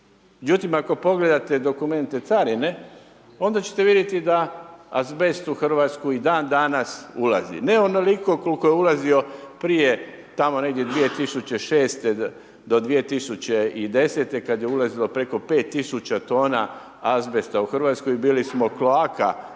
Međutim, ako pogledate dokumente carine, onda ćete vidjeti da azbest u Hrvatsku i dan danas ulazi. Ne onoliko koliko je ulazio prije tamo negdje 2006. do 2010. kada je ulazilo preko 5 tisuća tona azbesta u Hrvatsku, bili smo … za